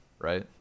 right